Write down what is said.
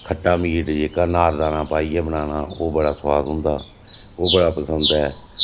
खट्टा मीट जेह्का अनारदाना पाइयै बनाना ओह् बड़ा सुआद होंदा ओह् बड़ा पसंद ऐ